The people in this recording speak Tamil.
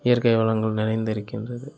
இயற்கை வளங்கள் நிறைந்திருக்கின்றது